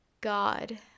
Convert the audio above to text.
God